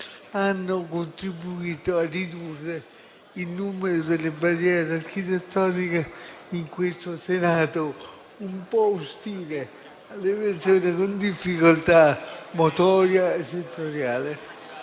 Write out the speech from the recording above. hanno contribuito a ridurre il numero delle barriere architettoniche in questo Senato un po' ostile alle persone con difficoltà motoria e sensoriale.